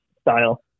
style